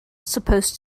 supposed